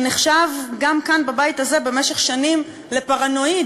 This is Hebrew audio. שנחשב גם כאן, בבית הזה, במשך שנים לפרנואיד,